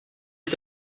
est